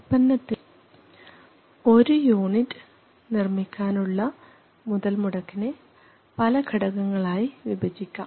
ഉൽപ്പന്നത്തിൻറെ ഒരു യൂണിറ്റ് നിർമ്മിക്കാനുള്ള മുതൽമുടക്കിനെ പല ഘടകങ്ങളായി വിഭജിക്കാം